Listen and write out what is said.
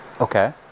okay